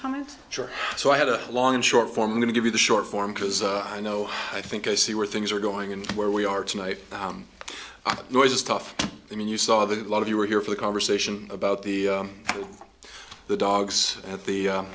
coming so i had a long and short form going to give you the short form because i know i think i see where things are going and where we are tonight noises tough i mean you saw that a lot of you were here for the conversation about the the dogs at the